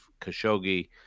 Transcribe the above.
Khashoggi